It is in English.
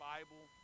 Bible